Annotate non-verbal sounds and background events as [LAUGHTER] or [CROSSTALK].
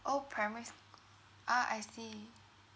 orh primary s~ [NOISE] ah I see